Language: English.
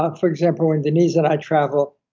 ah for example, when denise and i travel,